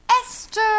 Esther